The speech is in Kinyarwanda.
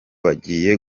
bagiye